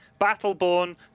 Battleborn